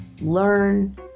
learn